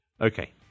Okay